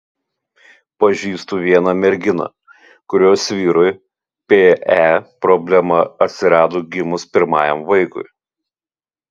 pažįstu vieną merginą kurios vyrui pe problema atsirado gimus pirmajam vaikui